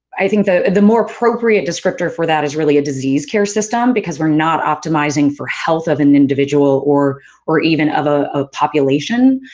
i think the the more appropriate descriptor for that is really a disease-care system because we're not optimizing for the health of an individual or or even of ah a population,